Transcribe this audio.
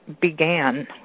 began